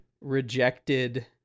rejected